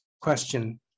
question